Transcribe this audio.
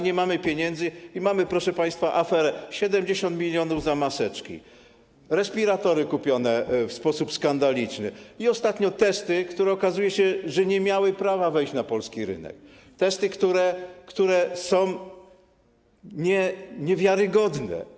Nie mamy pieniędzy i mamy, proszę państwa, aferę, 70 mln za maseczki, respiratory kupione w sposób skandaliczny i ostatnio, jak się okazuje, testy, które nie miały prawa wejść na polski rynek, testy, które są niewiarygodne.